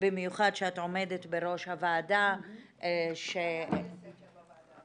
במיוחד שאת עומדת בראש הוועדה -- גם לנו יש סקר בוועדה,